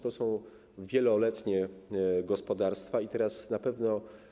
To są wieloletnie gospodarstwa i teraz na pewno.